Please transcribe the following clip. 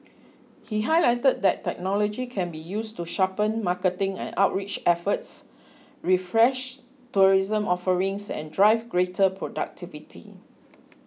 he highlighted that technology can be used to sharpen marketing and outreach efforts refresh tourism offerings and drive greater productivity